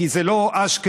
כי זה לא אשקלון,